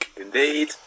indeed